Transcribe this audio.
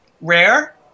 rare